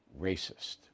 racist